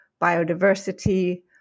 biodiversity